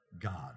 God